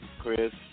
Chris